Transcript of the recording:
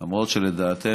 גם אם לדעתנו,